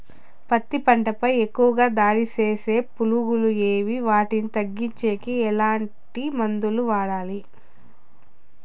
పత్తి పంట పై ఎక్కువగా దాడి సేసే పులుగులు ఏవి వాటిని తగ్గించేకి ఎట్లాంటి మందులు వాడాలి?